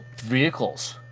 vehicles